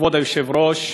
כבוד היושב-ראש,